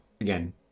again